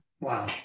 Wow